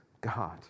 God